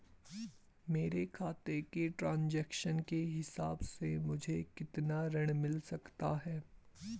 मेरे खाते के ट्रान्ज़ैक्शन के हिसाब से मुझे कितना ऋण मिल सकता है?